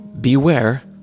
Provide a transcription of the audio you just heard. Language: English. beware